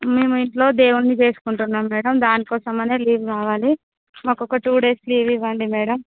మేము ఇంట్లో దేవుడిని చేసుకుంటున్నాము మేడం దానికోసమనే లీవ్ కావాలి మాకు ఒక టూ డేస్ లీవ్ ఇవ్వండి మేడం